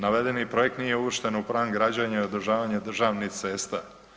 Navedeni projekt nije uvršten u plan građenja i održavanja državnih cesta.